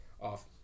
off